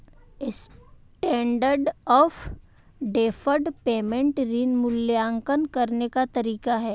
standard of deferred payment ऋण मूल्यांकन करने का तरीका है